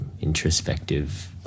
introspective